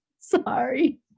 Sorry